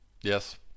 Yes